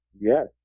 Yes